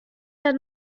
der